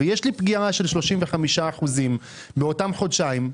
ויש לי פגיעה של 35% באותם חודשיים,